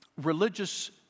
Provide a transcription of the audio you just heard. religious